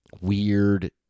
weird